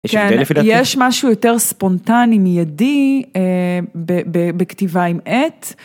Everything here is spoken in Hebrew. יש משהו יותר ספונטני מיידי בכתיבה עם עט.